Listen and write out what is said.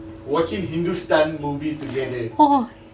!whoa!